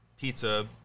pizza